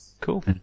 Cool